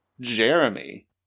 Jeremy